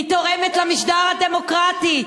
היא תורמת למשטר הדמוקרטי.